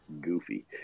goofy